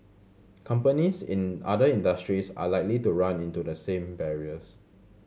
companies in other industries are likely to run into the same barriers